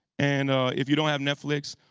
and if you don't have netflix,